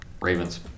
Ravens